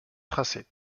tracé